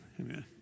amen